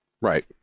Right